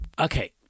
Okay